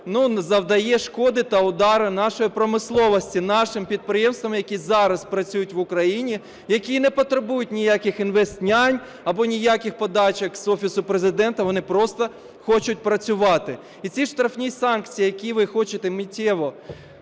завдає шкоди та удару нашій промисловості, нашим підприємствам, які зараз працюють в Україні, які не потребують ніяких інвестнянь або ніяких подачок з Офісу Президента, вони просто хочуть працювати. І ці штрафні санкції, які ви хочете миттєво